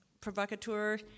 provocateur